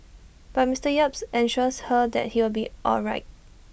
but Mister yap assures her that he will be all right